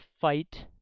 fight